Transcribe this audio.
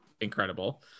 incredible